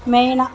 மெயினாக